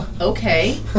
okay